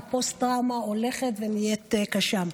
והפוסט-טראומה הולכת ונהיית קשה.